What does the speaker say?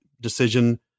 decision